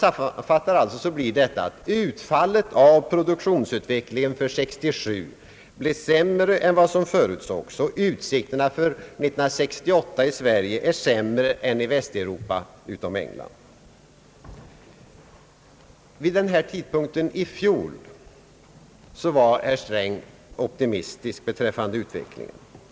Sammanfattningsvis kommer man fram till att utfallet av produktionsutvecklingen för 1967 blev sämre än vad som förutsågs, och utsikterna för 1968 i Sverige är sämre än i Västeuropa utom England. Vid den här tidpunkten i fjol var herr Sträng optimistisk beträffande utvecklingen.